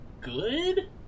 good